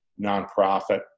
nonprofit